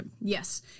Yes